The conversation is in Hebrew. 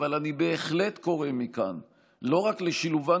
אבל אני בהחלט קורא מכאן לא רק לשילובן